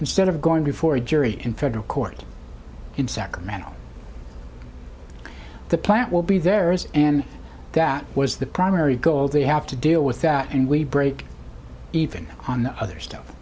instead of going before a jury in federal court in sacramento the plant will be there is and that was the primary goal they have to deal with that and we break even on the other stuff